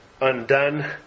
undone